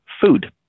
food